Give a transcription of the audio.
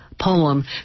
poem